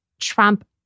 trump